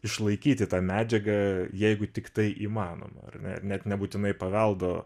išlaikyti tą medžiagą jeigu tiktai įmanoma ar ne net nebūtinai paveldo